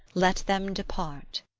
let them depart.